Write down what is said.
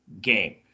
game